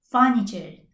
Furniture